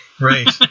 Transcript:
Right